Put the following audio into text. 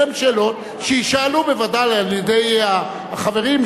אלה הן שאלות שיישאלו בוודאי על-ידי החברים,